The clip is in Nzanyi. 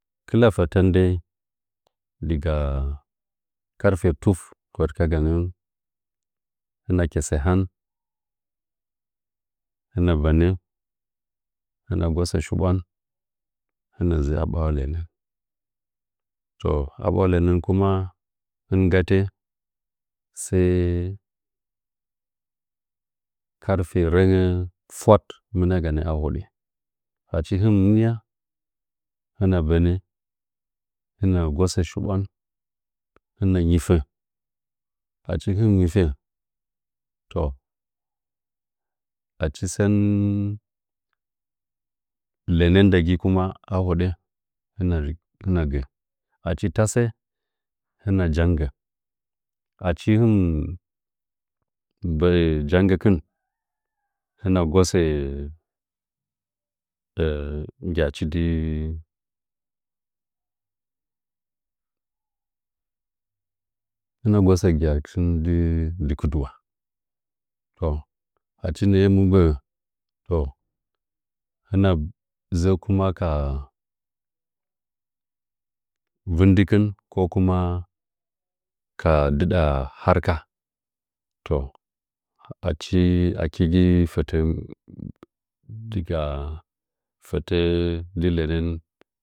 Kɨla fətən dəi diga karfe tuf hurkyagan hɨnə ketsə han hɨna bənə hɨna nggosə shibwan hɨna dzu aɓwa lənən toh a ɓwa lənən kuma hɨn gatə sai karfe rengə fwaɗ mɨniaganə a hoɗə achi hɨntin mɨnia hɨna bənə hɨna nggosə shibwan hɨna ngifə achi hɨn ngifə toh a chi sən lənən nda gi kuma ahodə tɨna gə achi tasə hɨna janggə achi hɨn gbə'ə jannggɨ kɨn hɨna nggyachi dɨ hɨna nggo sə nggyakɨn dɨ kɨdɨwa to a chi nə'ə mɨ gbə'ə toh hinə dzə'ə kuma ka vɨdɨkɨn kokuma ka dɨɗa harka toh achi gi fətən diga fətəə nji lənən